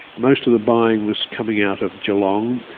most of the buying was coming out of geelong,